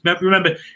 remember